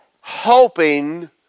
hoping